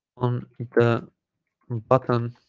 on the button